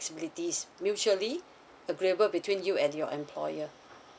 inflexibilities mutually agreeable between you and your employer